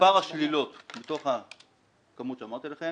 --- מספר השלילות מתוך הכמות שאמרתי לכם